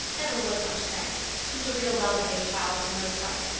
never was much spanked. she was a real well-behaved child for the most part.